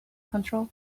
control